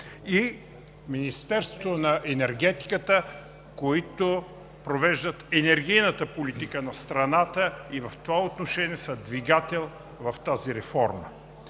и Министерството на енергетиката, които провеждат енергийната политика в страната и в това отношение са двигател в тази реформа.